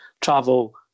travel